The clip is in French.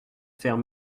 faire